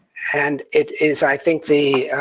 and it is i think the